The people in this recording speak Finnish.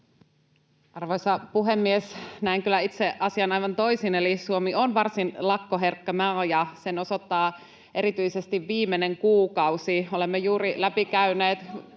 Arvoisa puhemies! Näen kyllä itse asian aivan toisin, eli Suomi on varsin lakkoherkkä maa, ja sen osoittaa erityisesti viimeinen kuukausi. [Välihuutoja